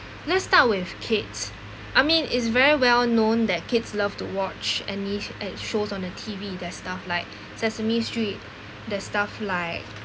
let's start with kids I mean is very well known that kids love to watch any a~ shows on the T_V there's stuff like sesame street there's stuff like